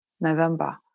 November